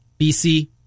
BC